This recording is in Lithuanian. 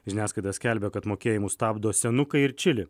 žiniasklaida skelbia kad mokėjimus stabdo senukai ir čili